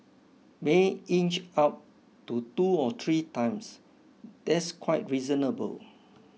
may inch up to two or three times that's quite reasonable